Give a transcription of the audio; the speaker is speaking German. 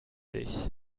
dich